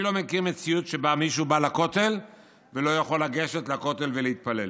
אני לא מכיר מציאות שבה מישהו בא לכותל ולא יכול לגשת לכותל ולהתפלל.